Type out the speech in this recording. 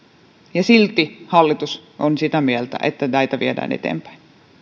ja silti hallitus on sitä mieltä että näitä viedään eteenpäin